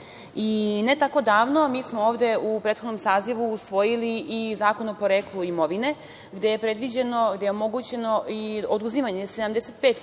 tako davno, mi smo ovde u prethodnom sazivu usvojili i Zakon o poreklu imovine, gde je omogućeno i oduzimanje 75%